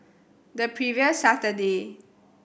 the previous Saturday